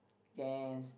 cans